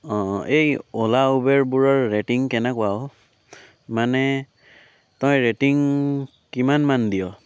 অঁ অঁ এই অ'লা উবেৰবোৰৰ ৰেটিং কেনেকুৱা অঁ মানে তই ৰেটিং কিমান মান দিৱ